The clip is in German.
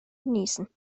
genießen